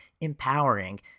empowering